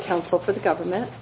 counsel for the government